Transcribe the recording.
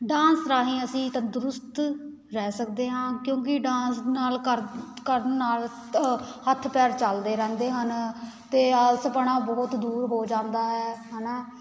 dance ਰਾਹੀਂ ਅਸੀਂ ਤੰਦਰੁਸਤ ਰਹਿ ਸਕਦੇ ਹਾਂ ਕਿਉਂਕਿ ਡਾਂਸ ਨਾਲ ਕਰ ਕਰਨ ਨਾਲ ਹੱਥ ਪੈਰ ਚੱਲਦੇ ਰਹਿੰਦੇ ਹਨ ਅਤੇ ਆਲਸਪਣ ਬਹੁਤ ਦੂਰ ਹੋ ਜਾਂਦਾ ਹੈ ਹੈ ਨਾ